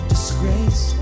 Disgrace